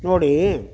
ನೋಡಿ